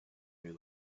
new